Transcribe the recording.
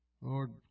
Lord